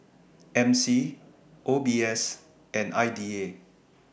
M C O B S and I D A